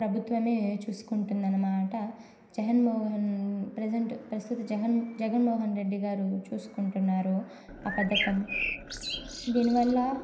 ప్రభుత్వమే చూసుకుంటుంది అన్నమాట జగన్ మోహన్ ప్రెజెంట్ ప్రస్తుతం జగన్ జగన్ మోహన్ రెడ్డి గారు చూసుకుంటున్నారు ఆ పథకం దీనివల్ల